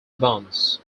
bonds